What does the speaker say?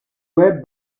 web